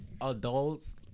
adults